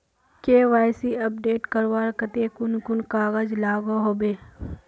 KYC update करवार केते कुन कुन कागज लागोहो होबे?